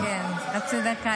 בישראל.